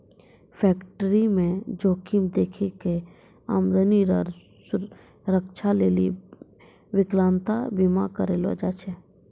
फैक्टरीमे जोखिम देखी कय आमदनी रो रक्षा लेली बिकलांता बीमा करलो जाय छै